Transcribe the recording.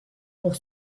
pour